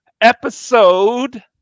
episode